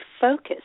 focus